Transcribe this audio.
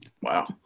Wow